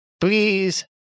Please